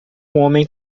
homem